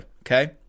Okay